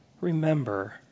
remember